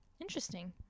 Interesting